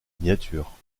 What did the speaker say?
signature